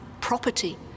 property